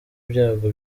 ibyago